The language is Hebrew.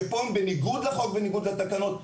שפה הם בניגוד לחוק ובניגוד לתקנות,